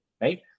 right